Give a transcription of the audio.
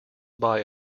buy